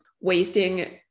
wasting